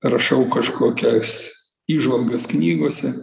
rašau kažkokias įžvalgas knygose